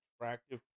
attractive